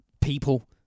People